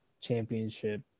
championship